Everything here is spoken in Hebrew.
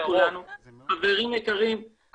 הוועדה חברים יקרים,